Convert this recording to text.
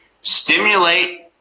stimulate